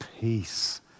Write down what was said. peace